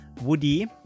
Woody